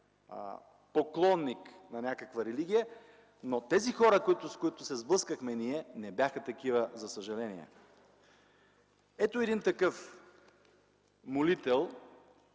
поклонник на някаква религия. Но тези хора, с които се сблъскахме ние, не бяха такива, за съжаление! Ето един такъв молител.